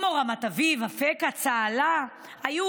כמו רמת אביב, אפקה וצהלה, היו